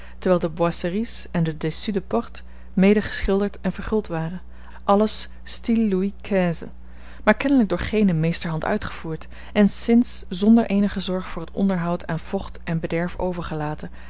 terwijl de boiseries en de dessus de porte mede geschilderd en verguld waren alles style louis xv maar kennelijk door geene meesterhand uitgevoerd en sinds zonder eenige zorg voor het onderhoud aan vocht en bederf overgelaten